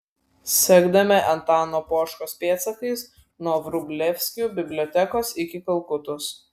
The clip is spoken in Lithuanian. sekdami antano poškos pėdsakais nuo vrublevskių bibliotekos iki kalkutos